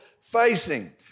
facing